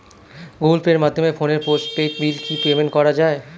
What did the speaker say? Google পের মাধ্যমে ফোনের পোষ্টপেইড বিল কি পেমেন্ট করা যায়?